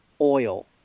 oil